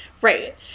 Right